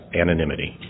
anonymity